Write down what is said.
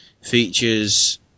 Features